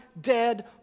dead